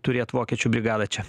turėt vokiečių brigadą čia